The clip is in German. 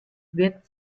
wird